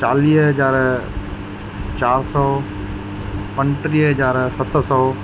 चालीह हज़ार चारि सौ पंजुटीह हज़ार सत सौ